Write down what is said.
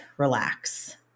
relax